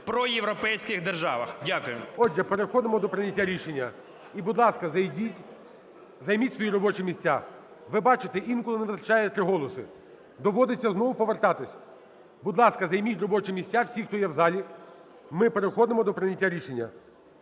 проєвропейських державах. Дякую. ГОЛОВУЮЧИЙ. Отже, переходимо до прийняття рішення. І, будь ласка, займіть свої робочі місця. Ви бачите, інколи не вистачає три голоси. Доводиться знову повертатися. Будь ласка, займіть робочі місця всі, хто є в залі. Ми переходимо до прийняття рішення.